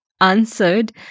answered